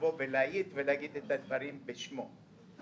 לבוא ולהעיד ולהגיד את הדברים בשמו.